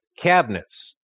Cabinets